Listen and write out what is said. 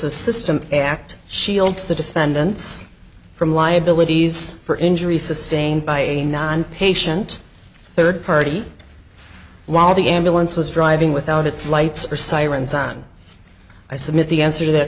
system act shields the defendants from liabilities for injuries sustained by a non patient third party while the ambulance was driving without its lights or sirens on i submit the answer to that